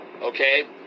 Okay